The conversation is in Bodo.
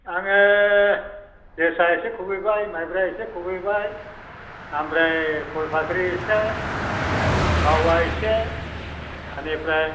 आङो जोसा एसे खुबैबाय मायब्रा एसे खुबैबाय ओमफ्राय फुल फाख्रि एसे बावा एसे आनिफ्राय